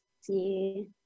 see